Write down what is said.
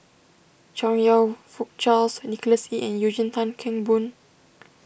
Chong You Fook Charles Nicholas Ee and Eugene Tan Kheng Boon